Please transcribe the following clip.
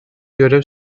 görev